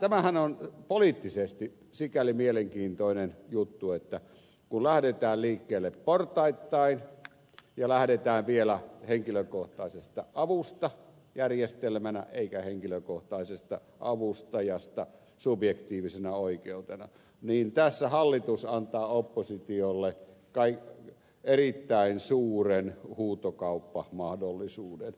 tämähän on poliittisesti sikäli mielenkiintoinen juttu että kun lähdetään liikkeelle portaittain ja lähdetään vielä henkilökohtaisesta avusta järjestelmänä eikä henkilökohtaisesta avustajasta subjektiivisena oikeutena niin tässä hallitus antaa oppositiolle erittäin suuren huutokauppamahdollisuuden